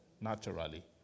naturally